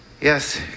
Yes